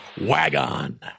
wagon